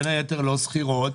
בין היתר לא סחירות,